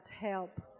help